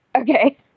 Okay